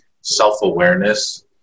self-awareness